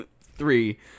Three